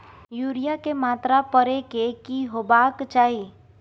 Urea के मात्रा परै के की होबाक चाही?